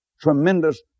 Tremendous